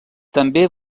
també